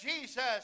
Jesus